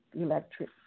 electric